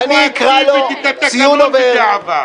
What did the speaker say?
אני אקרא לו ציון עובר,